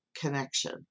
connection